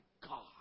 God